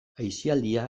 aisialdia